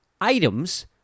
items